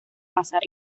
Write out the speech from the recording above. pasar